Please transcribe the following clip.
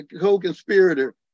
co-conspirator